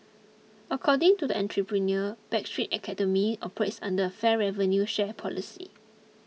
according to the entrepreneur Backstreet Academy operates under a fair revenue share policy